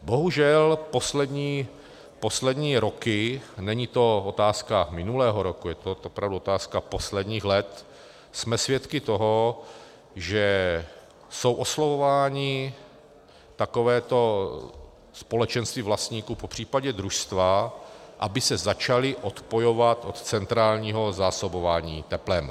Bohužel poslední roky, není to otázka minulého roku, je to opravdu otázka posledních let, jsme svědky toho, že jsou oslovována takováto společenství vlastníků, popř. družstva, aby se začala odpojovat od centrálního zásobování teplem.